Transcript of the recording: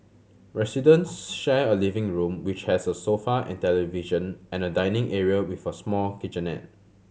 residents share a living room which has a sofa and television and a dining area with a small kitchenette